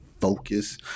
focus